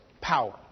Power